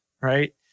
right